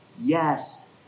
yes